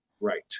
Right